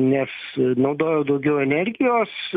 nes naudojau daugiau energijos